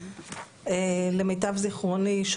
למיטב זכרוני,